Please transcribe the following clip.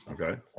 Okay